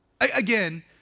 Again